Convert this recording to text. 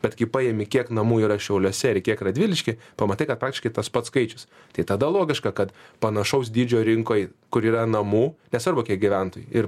bet kai paimi kiek namų yra šiauliuose ir kiek radvilišky pamatai kad praktiškai tas pats skaičius tai tada logiška kad panašaus dydžio rinkoj kur yra namų nesvarbu kiek gyventojų ir